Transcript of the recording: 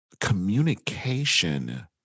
communication